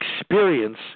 experience